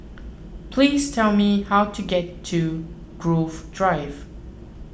please tell me how to get to Grove Drive